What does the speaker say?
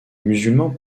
musulmans